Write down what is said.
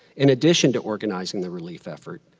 in addition to organizing the relief effort,